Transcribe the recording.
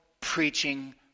preaching